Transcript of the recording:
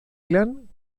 clan